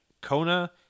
Kona